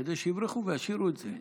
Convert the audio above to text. כדי שיברחו וישאירו את זה.